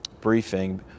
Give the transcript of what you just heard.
briefing